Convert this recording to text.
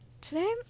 today